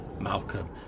Malcolm